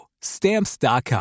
Stamps.com